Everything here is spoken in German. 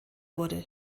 wurde